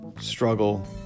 struggle